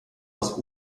aus